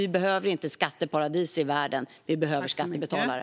Vi behöver inte skatteparadis i världen. Vi behöver skattebetalare.